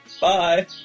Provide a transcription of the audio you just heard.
Bye